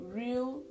real